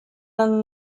man